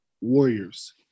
warriors